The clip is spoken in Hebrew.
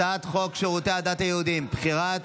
הצעת חוק שירותי הדת היהודיים (בחירת